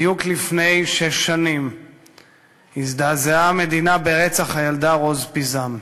בדיוק לפני שש שנים הזדעזעה המדינה מרצח הילדה רוז פיזם,